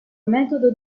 metodo